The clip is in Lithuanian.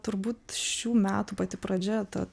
turbūt šių metų pati pradžia ta